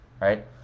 right